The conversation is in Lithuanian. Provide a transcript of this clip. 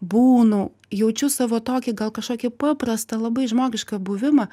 būnu jaučiu savo tokį gal kažkokį paprastą labai žmogišką buvimą